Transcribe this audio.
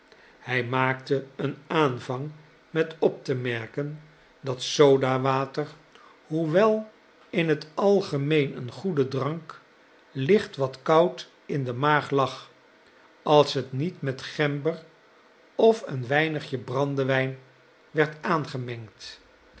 hij maakte een aanvang met op te merken dat sodawater hoewel in het algemeen een goede drank licht wat koud in de maag lag als het niet met gember of een weinigje brandewijn werd aangemengd